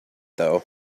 though